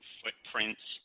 footprints